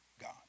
God